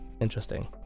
Interesting